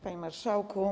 Panie Marszałku!